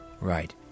Right